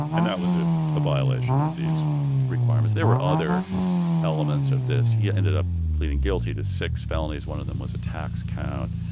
and that was ah a violation of these requirements. there were other elements of this. he ended up pleading guilty to six felonies. one of them was a tax count.